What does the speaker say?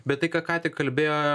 bet tai ką ką tik kalbėjo